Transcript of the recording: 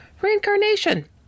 reincarnation